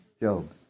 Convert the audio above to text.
Job